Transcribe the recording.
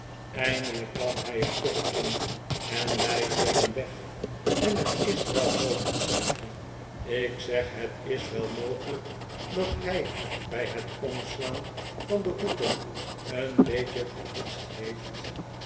eindelijk kwam hij er toch in en wij red'en weg en het is wel mogelijk sampje ik zeg het is wel mogelijk dat hij bij het omslaan van de hoeken een beetje gehotst heeft